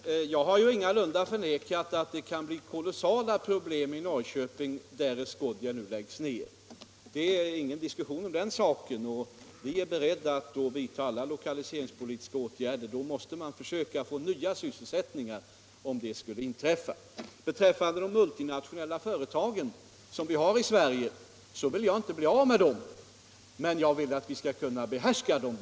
Herr talman! Jag har ju ingalunda förnekat att det kan bli mycket stora problem i Norrköping, därest Goodyear nu läggs ned. Det är ingen diskussion om den saken. Vi är beredda att i så fall vidta alla lokaliseringspolitiska åtgärder för att skapa nya sysselsättningar. Beträffande de multinationella företagen som vi har i Sverige, så vill jag inte bli av med dem, men jag vill att vi skall kunna behärska dem.